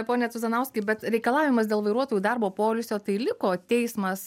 pone cuzanauskai bet reikalavimas dėl vairuotojų darbo poilsio tai liko teismas